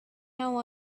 how